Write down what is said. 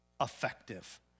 effective